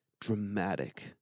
dramatic